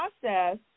process